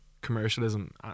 commercialism